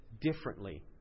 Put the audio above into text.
differently